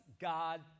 God